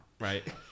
right